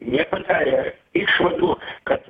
nepadarė išvadų kad